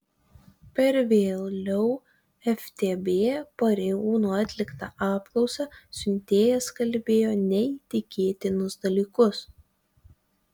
per vėliau ftb pareigūnų atliktą apklausą siuntėjas kalbėjo neįtikėtinus dalykus